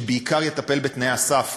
שבעיקר יטפל בתנאי הסף,